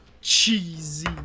Cheesy